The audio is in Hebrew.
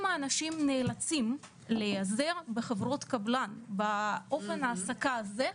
אם האנשים נאלצים להיעזר בחברות קבלן באופן ההעסקה הזה,